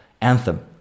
anthem